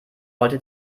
wollte